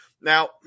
now